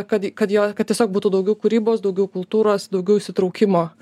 kad kad jo kad tiesiog būtų daugiau kūrybos daugiau kultūros daugiau įsitraukimo